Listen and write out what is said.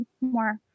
more